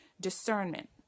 discernment